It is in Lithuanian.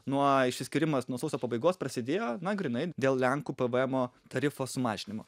nuo išsiskyrimas nuo sausio pabaigos prasidėjo na grynai dėl lenkų pv emo tarifo sumažinimo